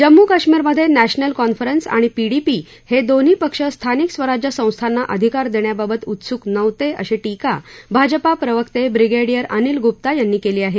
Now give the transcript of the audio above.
जम्मू कश्मीरमधे national conference आणि PDP हे दोन्ही पक्ष स्थानिक स्वराज्य संस्थिना अधिकार देण्याबाबत उत्सुक नव्हते अशी टीका भाजपा प्रवक्ते ब्रिगेडियर अनिल गुप्ता यांनी केली आहे